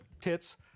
Tits